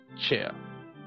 chair